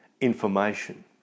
information